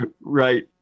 Right